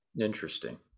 Interesting